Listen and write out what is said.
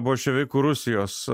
bolševikų rusijos